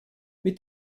mit